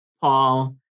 Paul